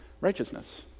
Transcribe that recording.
righteousness